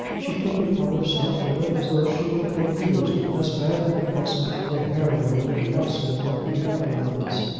she took upon herself to live as though she were ill-used as badly as a heroine in a castle among the apennines!